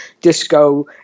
disco